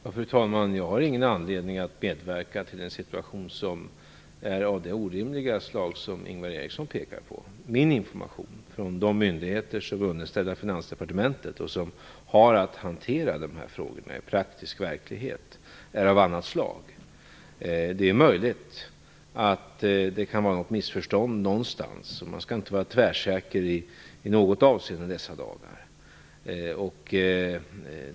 Fru talman! Jag har ingen anledning att medverka till en så orimlig situation som den Ingvar Eriksson pekar på. Min information från de myndigheter som är underställda Finansdepartementet och som har att hantera de här frågorna i praktisk verklighet är av annat slag. Det är möjligt att det kan råda ett missförstånd någonstans - man skall inte vara tvärsäker i något avseende i dessa dagar.